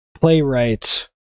playwright